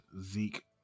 Zeke